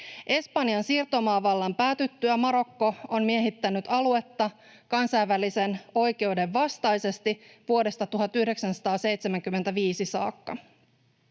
Espanjan siirtomaavallan päätyttyä Marokko on miehittänyt aluetta kansainvälisen oikeuden vastaisesti vuodesta 1975 saakka.